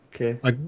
okay